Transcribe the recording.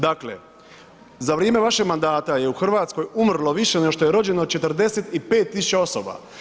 Dakle, za vrijeme vašeg mandata je u Hrvatskoj umrlo više nego što je rođeno, 45 000 osoba.